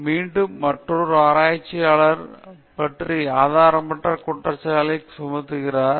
மீண்டும் மற்றொரு ஆராய்ச்சியாளரைப் பற்றி ஆதாரமற்ற குற்றச்சாட்டுகளைச் சுமத்துகிறார்